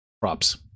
props